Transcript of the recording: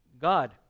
God